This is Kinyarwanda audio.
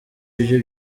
ibyo